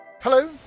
Hello